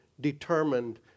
determined